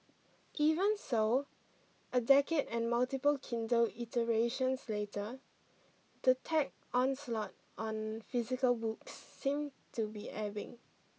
even so a decade and multiple Kindle iterations later the tech onslaught on physical books seem to be ebbing